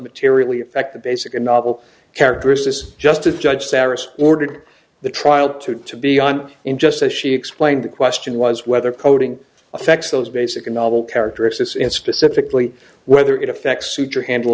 materially affect the basic and novel characteristics just to judge sarus ordered the trial to to be on in just as she explained the question was whether coding affects those basic and novel characteristics and specifically whether it affects suture handle